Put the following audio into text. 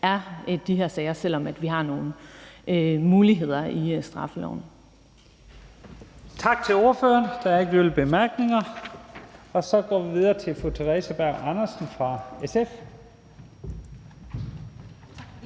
er der de her sager, selv om vi har nogle muligheder i straffeloven?